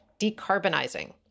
decarbonizing